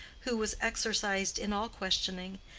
who was exercised in all questioning,